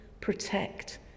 protect